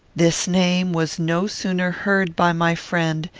this name was no sooner heard by my friend,